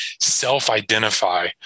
self-identify